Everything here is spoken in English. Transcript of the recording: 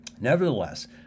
Nevertheless